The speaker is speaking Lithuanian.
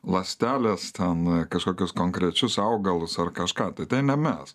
ląstelės ten kažkokius konkrečius augalus ar kažką tai tai ne mes